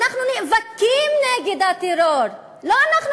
עוד פעם